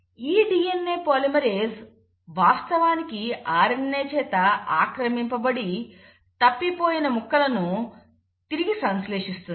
ఈ DNA polymerase వాస్తవానికి RNA చేత ఆక్రమింపబడి తప్పిపోయిన ముక్కలను తిరిగి సంశ్లేషిస్తుంది